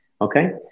Okay